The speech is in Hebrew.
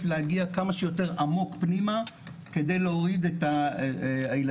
להגיע כמה שיותר עמוק פנימה כדי להוריד את הילדים.